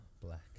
black